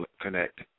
connect